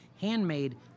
handmade